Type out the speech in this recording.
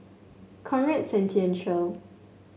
Conrad Centennial